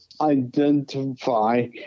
identify